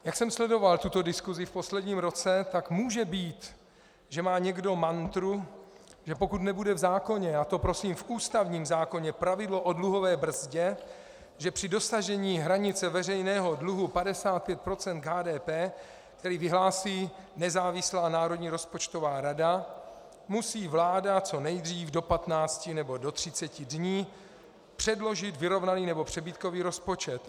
Jak jsem sledoval tuto diskusi v posledním roce, tak může být, že má někdo mantru, že pokud nebude v zákoně, a to prosím v ústavním zákoně, pravidlo o dluhové brzdě, že při dosažení hranice veřejného dluhu 55 % HDP, který vyhlásí nezávislá Národní rozpočtová rada, musí vláda co nejdříve do 15 nebo do 30 dní předložit vyrovnaný nebo přebytkový rozpočet.